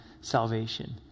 salvation